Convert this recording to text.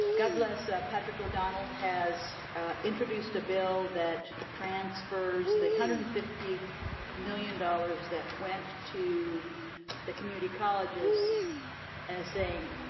god bless, patrick o'donnell has introduced a bill that transfers the one hundred and fifty million dollars that went to the community colleges as saying,